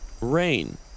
Rain